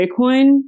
Bitcoin